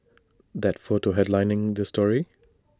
that photo headlining this story